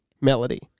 melody